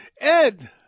Ed